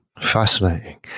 Fascinating